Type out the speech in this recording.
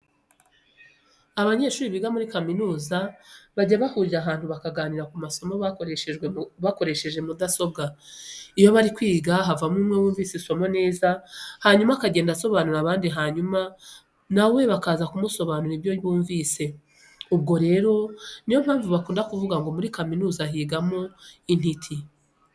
Abanyeshuri biga muri kaminuza bajya bahurira ahantu bakaganira ku masomo bakoresheje mudasobwa. Iyo bari kwiga havamo umwe wumvise isomo neza hanyuma akagenda asobanurira abandi hanyuma na we bakaza kumusobanurira ibyo bumvise. Ubwo rero niyo mpamvu bakunda kuvuga ngo muri kaminuza higamo intiti.